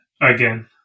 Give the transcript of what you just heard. again